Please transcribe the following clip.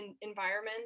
environment